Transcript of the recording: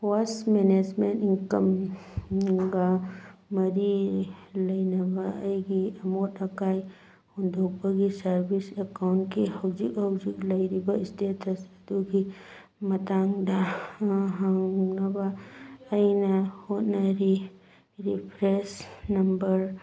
west management ꯏꯟꯀꯝꯒ ꯃꯔꯤ ꯂꯩꯅꯕ ꯑꯩꯒꯤ ꯑꯃꯣꯠ ꯑꯀꯥꯏ ꯍꯨꯟꯗꯣꯛꯄꯒꯤ ꯁꯥꯔꯕꯤꯁ ꯑꯦꯀꯥꯎꯟꯒꯤ ꯍꯧꯖꯤꯛ ꯍꯧꯖꯤꯛ ꯂꯩꯔꯤꯕ ꯁ꯭ꯇꯦꯇꯁ ꯑꯗꯨꯒꯤ ꯃꯇꯥꯡꯗ ꯍꯪꯅꯕ ꯑꯩꯅ ꯍꯣꯠꯅꯔꯤ ꯔꯤꯐ꯭ꯔꯦꯟꯁ ꯅꯝꯕꯔ